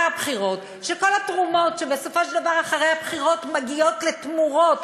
כשכל התרומות בסופו של דבר אחרי הבחירות מגיעות לתמורות,